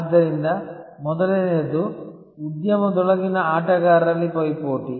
ಆದ್ದರಿಂದ ಮೊದಲನೆಯದು ಉದ್ಯಮದೊಳಗಿನ ಆಟಗಾರರಲ್ಲಿ ಪೈಪೋಟಿ